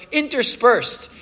interspersed